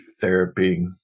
therapy